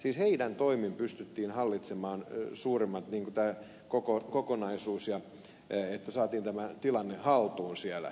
siis heidän toimin pystyttiin hallitsemaan suurimmat niin kuin tämä kokonaisuus että saatiin tämä tilanne haltuun siellä